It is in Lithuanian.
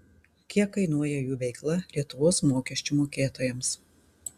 kiek kainuoja jų veikla lietuvos mokesčių mokėtojams